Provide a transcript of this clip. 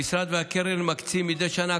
המשרד והקרן מקצים מדי שנה,